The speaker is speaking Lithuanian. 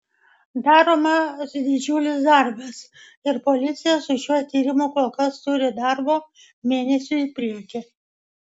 daromas didžiulis darbas ir policija su šiuo tyrimu kol kas turi darbo mėnesiui į priekį